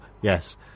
yes